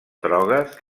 drogues